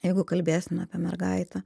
jeigu kalbėsim apie mergaitę